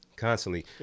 Constantly